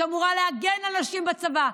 שאמורה להגן על נשים בצבא,